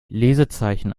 lesezeichen